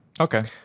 Okay